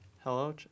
Hello